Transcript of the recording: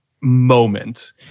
moment